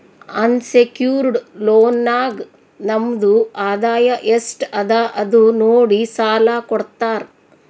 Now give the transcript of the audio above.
unsecured loan ನಾಗ್ ನಮ್ದು ಆದಾಯ ಎಸ್ಟ್ ಅದ ಅದು ನೋಡಿ ಸಾಲಾ ಕೊಡ್ತಾರ್